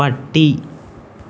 പട്ടി